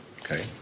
Okay